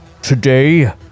today